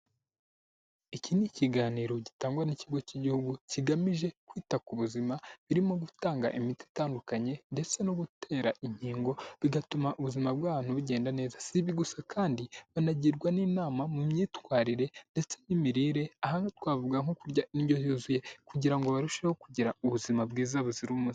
Iki ni ikiganiro gitangwa n'Ikigo cy'Igihugu kigamije kwita ku buzima birimo gutanga imiti itandukanye ndetse no gutera inkingo, bigatuma ubuzima bw'abantu bugenda neza. Si ibi gusa kandi banagirwa n'inama mu myitwarire ndetse n'imirire, aha twavuga nko kurya indyo yuzuye kugira ngo barusheho kugira ubuzima bwiza buzira umuze.